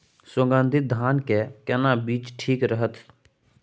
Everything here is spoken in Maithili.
सुगन्धित धान के केना बीज ठीक रहत?